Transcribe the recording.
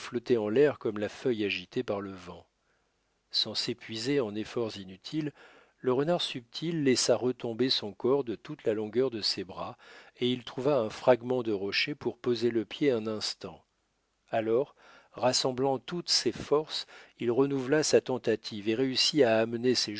en l'air comme la feuille agitée par le vent sans s'épuiser en efforts inutiles le renardsubtil laissa retomber son corps de toute la longueur de ses bras et il trouva un fragment de rocher pour poser le pied un instant alors rassemblant toutes ses forces il renouvela sa tentative et réussit à amener